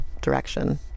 direction